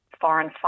foreign